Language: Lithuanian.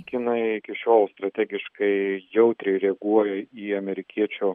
kinai iki šiol strategiškai jautriai reaguoja į amerikiečių